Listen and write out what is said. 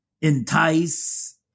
Entice